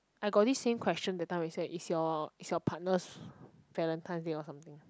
I got this same question that time we say is your is your partner's valentine day or something